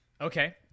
Okay